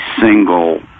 single